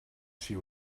she